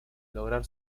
lograr